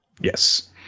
Yes